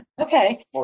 Okay